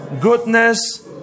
goodness